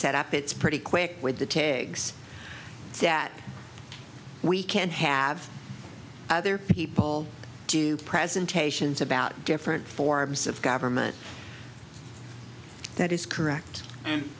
set up it's pretty quick with the tig so that we can have other people do presentations about different forms of government that is correct and